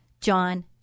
John